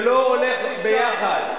זה לא הולך ביחד.